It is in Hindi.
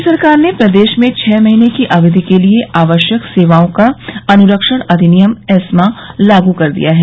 राज्य सरकार ने प्रदेश में छह महीने की अवधि के लिये आवश्यक सेवाओं का अनुरक्षण अधिनियम एस्मा लागू कर दिया है